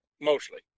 mostly